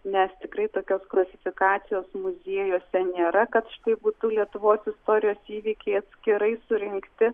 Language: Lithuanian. nes tikrai tokios klasifikacijos muziejuose nėra kad štai būtų lietuvos istorijos įvykiai atskirai surinkti